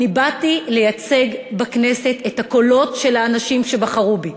אני באתי לייצג בכנסת את הקולות של האנשים שבחרו בי.